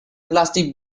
plastic